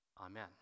amen